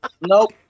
Nope